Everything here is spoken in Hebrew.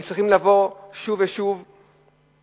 הם צריכים לבוא שוב ושוב ולעמוד,